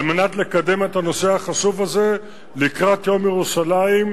מנת לקדם את הנושא החשוב הזה לקראת יום ירושלים,